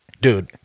Dude